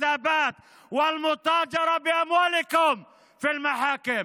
את המרדף ואת הסבל ואת הסחר בכסף שלכם בבתי המשפט.